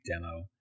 demo